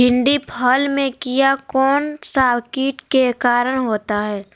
भिंडी फल में किया कौन सा किट के कारण होता है?